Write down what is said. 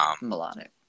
Melodic